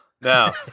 Now